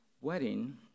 wedding